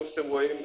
כמו שאתם רואים,